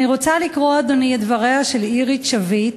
אני רוצה לקרוא, אדוני, את דבריה של אירית שביט.